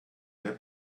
der